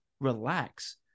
relax